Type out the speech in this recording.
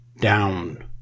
down